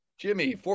Jimmy